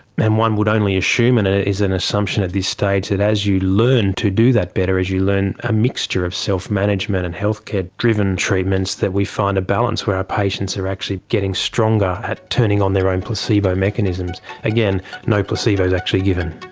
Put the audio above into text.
and one would only assume, and it is an assumption at this stage, that as you learn to do that better, as you learn a mixture of self-management and healthcare driven treatments, that we find a balance where our patients are actually getting stronger at turning on their own placebo mechanisms. again, no placebo is actually given.